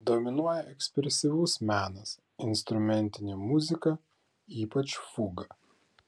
dominuoja ekspresyvus menas instrumentinė muzika ypač fuga